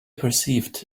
perceived